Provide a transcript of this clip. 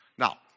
Now